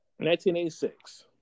1986